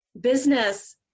business